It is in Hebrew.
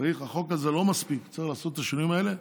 החוק הזה לא מספיק, צריך לעשות את השינויים האלה.